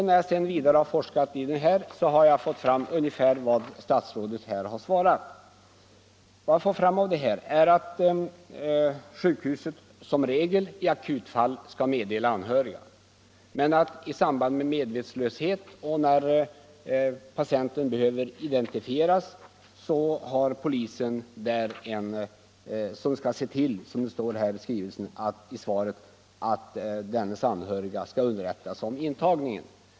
När jag har forskat vidare i denna sak har jag fått fram ungefär detsamma som statsrådet har svarat. Vad jag har funnit är att sjukhuset som regel i akutfall skall meddela anhöriga men att det i samband med medvetslöshet och när patienten behöver identifieras är polisen som skall se till, som det står i svaret, att ”dennes anhöriga underrättas om intagningen”.